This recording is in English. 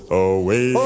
away